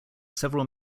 several